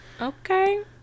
okay